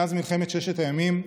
מאז מלחמת ששת הימים,